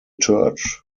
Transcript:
church